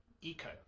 eco